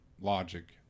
logic